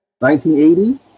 1980